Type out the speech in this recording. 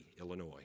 Illinois